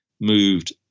moved